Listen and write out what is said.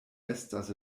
estas